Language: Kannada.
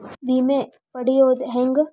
ವಿಮೆ ಪಡಿಯೋದ ಹೆಂಗ್?